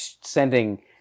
sending